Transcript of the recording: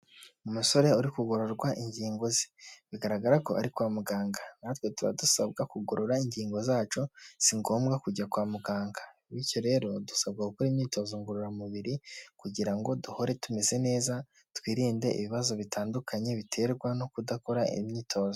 Umusore uri kugororwa ingingo ze bigaragara ko ari kwa muganga natwe tuba dusabwa kugorora ingingo zacu si ngombwa kujya kwa muganga. Bityo rero dusabwa gukora imyitozo ngororamubiri kugira ngo duhore tumeze neza twirinde ibibazo bitandukanye biterwa no kudakora imyitozo.